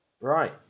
Right